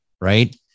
right